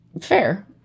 fair